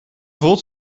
voelt